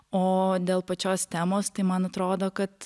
o dėl pačios temos tai man atrodo kad